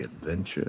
adventure